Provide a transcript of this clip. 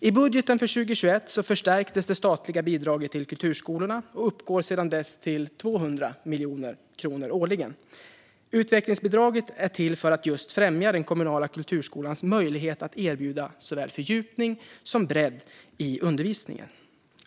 I budgeten för 2021 förstärktes det statliga bidraget till kulturskolorna och uppgår sedan dess till 200 miljoner kronor årligen. Utvecklingsbidraget är till för att främja den kommunala kulturskolans möjligheter att erbjuda såväl fördjupning som bredd i undervisningen.